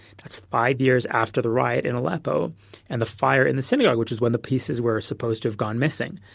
that's five years after the riot in aleppo and the fire in the seminar which is when the pieces were supposed to have gone missing.